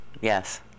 Yes